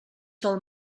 del